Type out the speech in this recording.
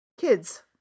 kids